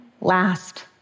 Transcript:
last